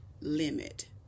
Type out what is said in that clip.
limit